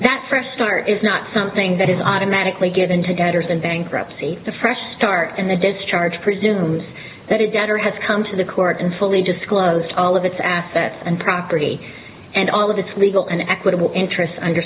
that fresh start is not something that is automatically given to debtors in bankruptcy a fresh start in the discharge presumes that a debtor has come to the court and fully disclosed all of its assets and property and all of its legal and equitable interests under